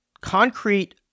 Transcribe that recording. concrete